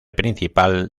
principal